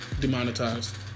demonetized